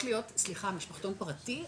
משפחתון פרטי,